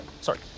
sorry